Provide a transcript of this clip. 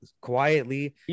quietly